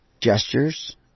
gestures